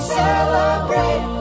celebrate